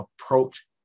approach